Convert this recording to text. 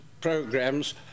programs